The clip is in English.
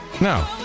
No